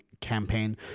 campaign